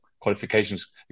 qualifications